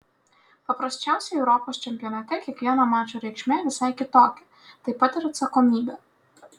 paprasčiausiai europos čempionate kiekvieno mačo reikšmė visai kitokia taip pat ir atsakomybė